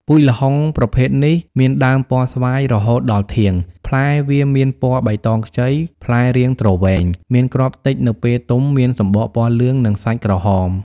ពូជល្ហុងប្រភេទនេះ មានដើមពណ៌ស្វាយរហូតដល់ធាង ផ្លែវាមានពណ៌បៃតងខ្ចី ផ្លែរាងទ្រវែង មានគ្រាប់តិចនៅពេលទុំមានសំបកពណ៌លឿង និងសាច់ក្រហម ។